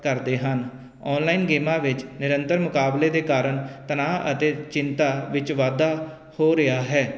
ਕਰਦੇ ਹਨ ਆਨਲਾਈਨ ਗੇਮਾਂ ਵਿੱਚ ਨਿਰੰਤਰ ਮੁਕਾਬਲੇ ਦੇ ਕਾਰਨ ਤਨਾਅ ਅਤੇ ਚਿੰਤਾ ਵਿੱਚ ਵਾਧਾ ਹੋ ਰਿਹਾ ਹੈ